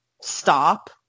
stop